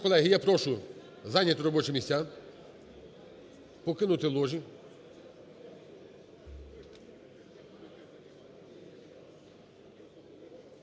колег, я прошу зайняти робочі місця, покинути ложі.